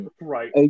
right